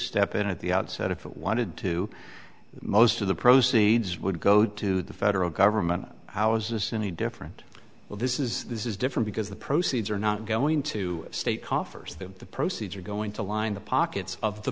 step in at the outset if it wanted to most of the proceeds would go to the federal government how is this any different well this is this is different because the proceeds are not going to state coffers that the proceeds are going to line the pockets of the